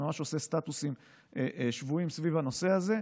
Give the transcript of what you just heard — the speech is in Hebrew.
אני ממש עושה סטטוסים שבועיים סביב הנושא הזה.